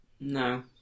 No